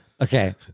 Okay